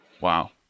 Wow